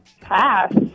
Pass